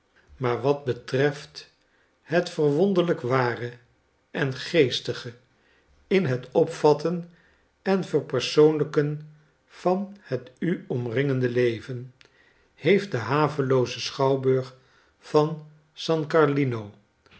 maar wat betreft het verwonderlijk ware en geestige in het opvatten en verpersoonlijken van het u omringende leven heeft de havelooze schouwburg van san gariino